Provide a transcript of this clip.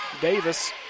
Davis